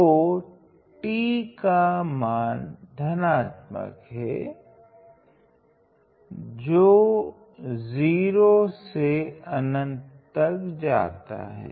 तो t का मान धनात्मक है जो 0 से अनंत तक जाता है